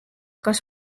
kas